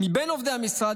מבין עובדי המשרד,